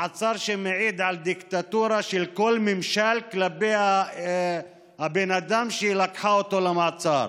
מעצר שמעיד על דיקטטורה של כל ממשל כלפי הבן אדם שהיא לקחה למעצר.